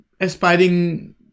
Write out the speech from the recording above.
aspiring